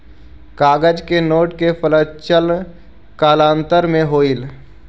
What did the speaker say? कागज के नोट के प्रचलन कालांतर में होलइ